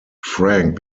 frank